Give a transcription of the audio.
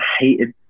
hated